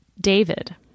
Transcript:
David